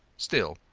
still,